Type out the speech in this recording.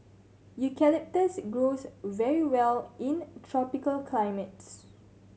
eucalyptus grows very well in tropical climates